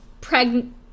pregnant